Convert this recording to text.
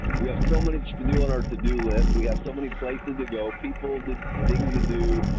we have so much to do on our to do list. we have so many places to go. people to things to do.